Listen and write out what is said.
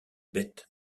bête